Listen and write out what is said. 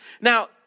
Now